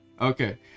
Okay